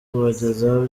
kubagezaho